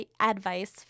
advice